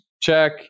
check